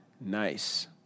Nice